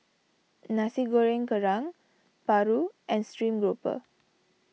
Nasi Goreng Kerang Paru and Stream Grouper